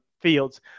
Fields